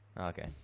Okay